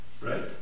Right